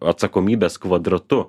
atsakomybės kvadratu